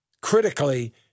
critically